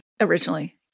originally